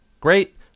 great